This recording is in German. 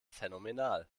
phänomenal